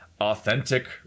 authentic